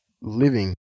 living